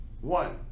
One